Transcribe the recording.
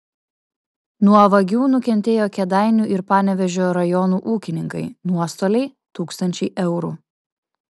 nuo vagių nukentėjo kėdainių ir panevėžio rajonų ūkininkai nuostoliai tūkstančiai eurų